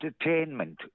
entertainment